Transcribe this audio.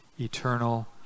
eternal